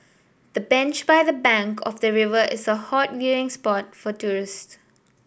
the bench by the bank of the river is a hot viewing spot for tourist